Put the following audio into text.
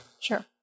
Sure